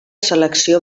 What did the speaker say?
selecció